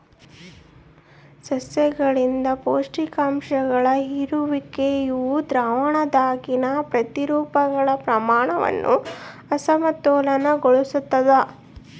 ಸಸ್ಯಗಳಿಂದ ಪೋಷಕಾಂಶಗಳ ಹೀರಿಕೊಳ್ಳುವಿಕೆಯು ದ್ರಾವಣದಾಗಿನ ಪ್ರತಿರೂಪಗಳ ಪ್ರಮಾಣವನ್ನು ಅಸಮತೋಲನಗೊಳಿಸ್ತದ